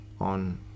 on